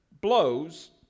blows